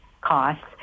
costs